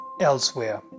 elsewhere